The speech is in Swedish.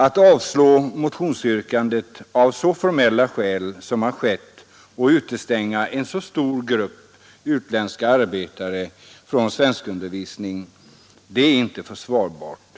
Att av formella skäl avstyrka motionsyrkandet som nu skett och utestänga en så stor grupp utländska arbetare från svenskundervisning är inte försvarbart.